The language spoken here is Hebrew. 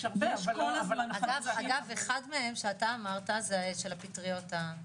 אגב, אחד מהם שאתה אמרת זה של הפטריות.